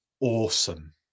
awesome